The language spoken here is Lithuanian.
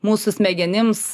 mūsų smegenims